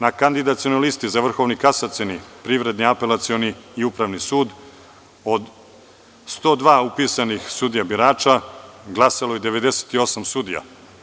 Na kandidacionoj listi za Vrhovni kasacioni, Privredni apelacioni i Upravni sud, od 102 upisanih sudija birača, glasalo je 98 sudija.